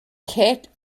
kicked